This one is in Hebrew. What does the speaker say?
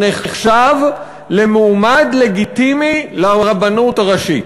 נחשב למועמד לגיטימי לרבנות הראשית.